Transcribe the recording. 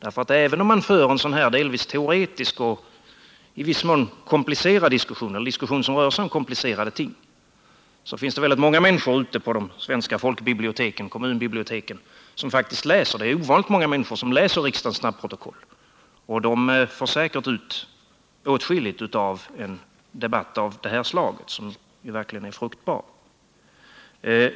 Även om vi här för en delvis teoretisk och i viss mån komplicerad diskussion som rör sig om komplicerade ting, så finns det många människor som i de svenska folkbiblioteken och kommunbiblioteken faktiskt följer en sådan här diskussion genom att läsa riksdagens snabbprotokoll — det är förvånansvärt många människor som läser dem — och de får säkert ut åtskilligt av en debatt av det här slaget, som ju verkligen är fruktbar.